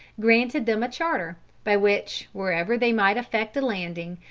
granted them a charter, by which, wherever they might effect a landing,